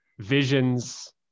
visions